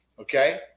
Okay